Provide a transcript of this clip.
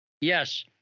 Yes